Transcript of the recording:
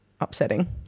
upsetting